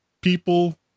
people